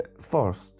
First